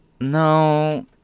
No